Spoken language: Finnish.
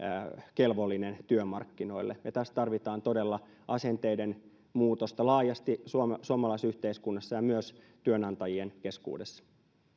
kelvollinen työmarkkinoille ja tässä tarvitaan todella asenteiden muutosta laajasti suomalaisessa yhteiskunnassa ja myös työnantajien keskuudessa